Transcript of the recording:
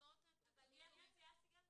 מציעה שמנכ"ל